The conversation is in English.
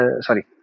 sorry